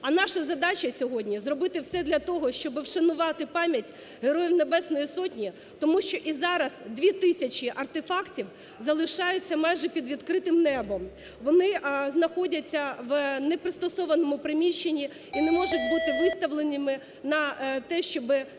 А наша задача сьогодні зробити все для того, щоб вшанувати пам'ять Героїв Небесної Сотні, тому що і зараз 2 тисячі артефактів залишаються майже під відкритим небом. Вони знаходяться в непристосованому приміщення і не можуть бути виставленими на те, щоб люди